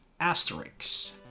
asterix